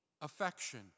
affection